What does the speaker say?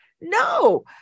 No